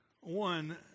One